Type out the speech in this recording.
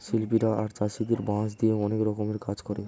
শিল্পীরা আর চাষীরা বাঁশ দিয়ে অনেক রকমের কাজ করে